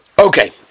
Okay